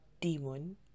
demon